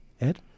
Ed